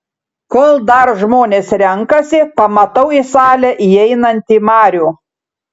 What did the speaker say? kol dar žmonės renkasi pamatau į salę įeinantį marių